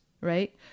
right